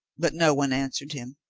but no one answered him.